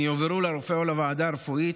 הן יועברו לרופא או לוועדה הרפואית